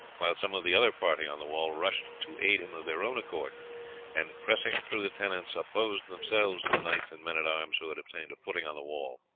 while some of the other party on the wall rushed to aid him of their own accord and, pressing through the tenants, opposed themselves to the knights and men-at-arms who had obtained a footing on the wall.